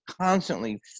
Constantly